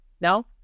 no